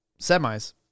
semis